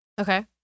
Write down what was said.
okay